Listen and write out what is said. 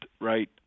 right